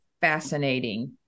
fascinating